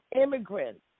immigrants